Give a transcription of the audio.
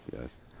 yes